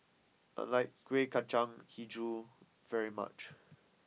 I like Kueh Kacang HiJau very much